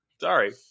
Sorry